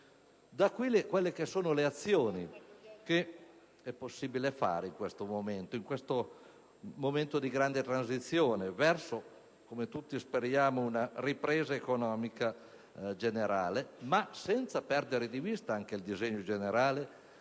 Da qui le azioni che è possibile fare in questo momento di grande transizione, verso - come tutti speriamo - una ripresa economica generale, senza perdere di vista anche il disegno generale